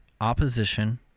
opposition